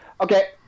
Okay